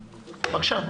בבקשה.